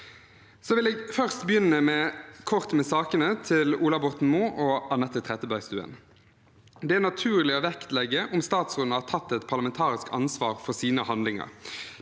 Jeg vil først begynne kort med sakene til Ola Borten Moe og Anette Trettebergstuen. Det er naturlig å vektlegge om statsrådene har tatt et parlamentarisk ansvar for sine handlinger.